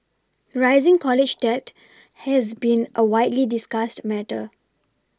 rising college debt has been a widely discussed matter